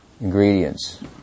ingredients